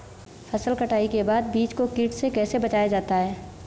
फसल कटाई के बाद बीज को कीट से कैसे बचाया जाता है?